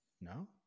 no